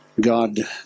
God